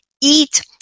Eat